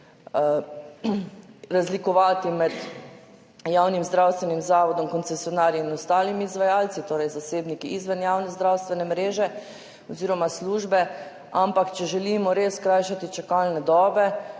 razlikovati med javnim zdravstvenim zavodom, koncesionarji in ostalimi izvajalci, torej zasebniki izven javne zdravstvene mreže oziroma službe. Ampak če želimo res skrajšati čakalne dobe,